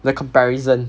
the comparison